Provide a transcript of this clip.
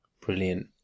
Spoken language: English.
Brilliant